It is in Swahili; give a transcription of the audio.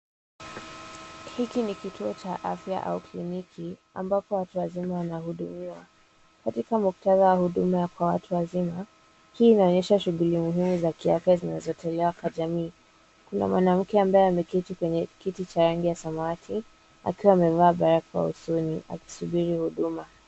Hiki ni kituo cha afya au kliniki ambapo watu wazima wanahudumiwa. Katika muktadha wa huduma kwa watu wazima, hii inaonyesha shughuli muhimu za kiafya zinazotolewa kwa jamii. Kuna mwanamke ambaye ameketi kwenye kiti cha rangi ya samawati akiwa amevaa barakoa usoni akisubiri huduma.